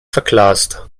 verglast